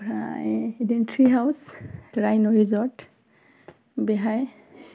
ओमफ्राय बिदिनो tree house राइन' रिजर्ट बेहाय